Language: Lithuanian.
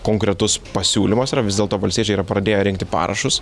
konkretus pasiūlymas yra vis dėlto valstiečiai yra pradėję rinkti parašus